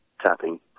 tapping